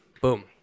boom